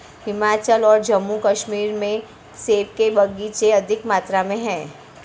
हिमाचल और जम्मू कश्मीर में सेब के बगीचे अधिक मात्रा में है